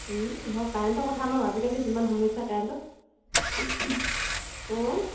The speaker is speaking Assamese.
নহয় কাৰেণ্টৰ কথা ন আজিকালি যিমান সমস্যা কাৰেণ্টত অঁ